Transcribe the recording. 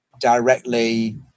directly